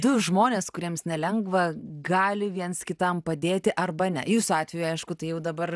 du žmonės kuriems nelengva gali viens kitam padėti arba ne jūsų atveju aišku tai jau dabar